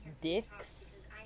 dicks